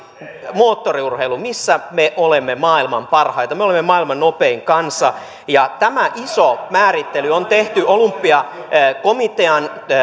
moottoriurheilu missä me olemme maailman parhaita me olemme maailman nopein kansa ja tämä iso määrittely on tehty olympiakomitean